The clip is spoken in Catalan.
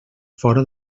fora